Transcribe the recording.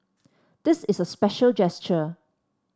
this is a special gesture